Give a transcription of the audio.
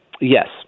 Yes